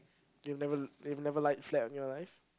you've never you've never lied flat on your life